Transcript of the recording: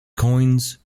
coins